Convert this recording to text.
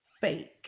fake